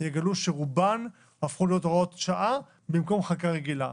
יגלו שרובן הפכו להיות הוראות שעה במקום חקיקה רגילה.